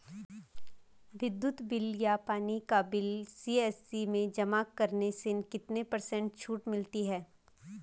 विद्युत बिल या पानी का बिल सी.एस.सी में जमा करने से कितने पर्सेंट छूट मिलती है?